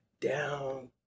down